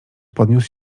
podniósł